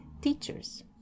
teachers